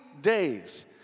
days